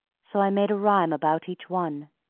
so i made a rhyme about each one,